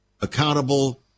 accountable